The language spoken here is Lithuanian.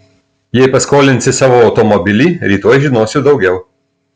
jei paskolinsi savo automobilį rytoj žinosiu daugiau